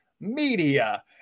media